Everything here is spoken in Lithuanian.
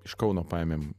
iš kauno paėmėm